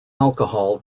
alcohol